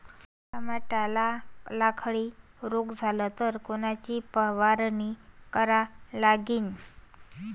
टमाट्याले लखड्या रोग झाला तर कोनची फवारणी करा लागीन?